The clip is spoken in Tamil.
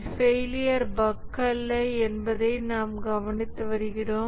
ஃபெயிலியர் பஃக் அல்ல என்பதை நாம் கவனித்து வருகிறோம்